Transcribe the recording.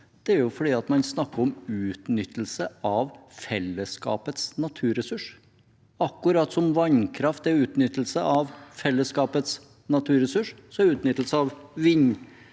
Det er fordi man snakker om utnyttelse av fellesskapets naturressurs. Akkurat som vannkraft er utnyttelse av fellesskapets naturressurs, er utnyttelse av